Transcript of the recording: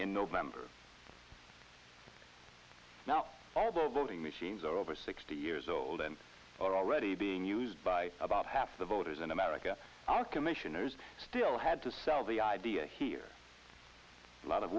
in november now all the voting machines are over sixty years old and already being used by about half the voters in america are commissioners still had to sell the idea here a lot of